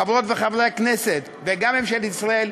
חברות וחברות הכנסת וגם ממשלת ישראל,